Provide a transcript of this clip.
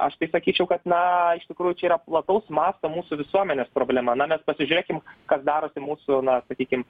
aš tai sakyčiau kad na iš tikrųjų čia yra plataus masto mūsų visuomenės problema na mes pasižiūrėkim kas darosi mūsų na sakykim